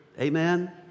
Amen